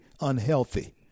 unhealthy